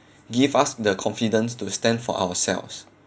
give us the confidence to stand for ourselves